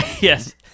Yes